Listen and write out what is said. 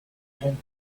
tambour